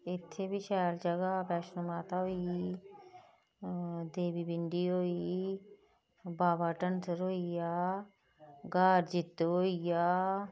इत्थै बी शैल जगह् बैश्णो माता होई गेई देबी पिंडी होई गेई बाबा ढनसर होई गेआ घार जित्तो होई गेआ